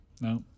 No